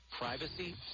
Privacy